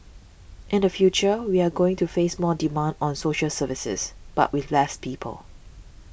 in the future we are going to face more demand on social services but with less people